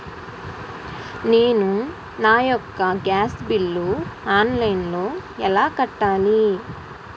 నేను నా యెక్క గ్యాస్ బిల్లు ఆన్లైన్లో ఎలా కట్టాలి?